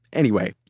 anyway,